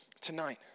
tonight